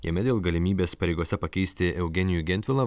jame dėl galimybės pareigose pakeisti eugenijų gentvilą